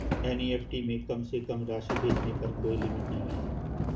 NEFT में कम से कम राशि भेजने पर कोई लिमिट नहीं है